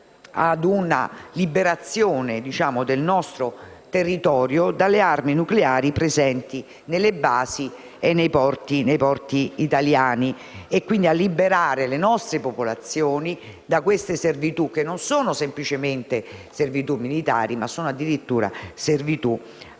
alla liberazione del nostro territorio dalle armi nucleari presenti nelle basi e nei porti italiani e quindi a liberare le nostre popolazioni da queste servitù, che non sono semplicemente militari, ma che comportano anche